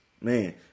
Man